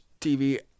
TV